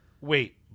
wait